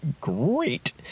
great